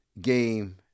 game